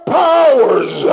powers